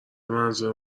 منظور